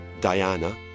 Diana